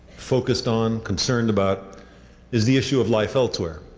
focused on, concerned about is the issue of life elsewhere.